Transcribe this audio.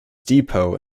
depot